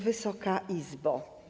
Wysoka Izbo!